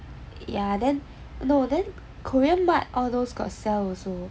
ya then no then korean what all those got sell also